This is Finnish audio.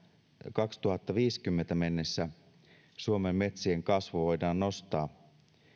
kaksituhattaviisikymmentä mennessä suomen metsien kasvu voidaan nostaa